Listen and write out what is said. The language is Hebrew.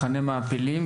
מחנה מעפילים,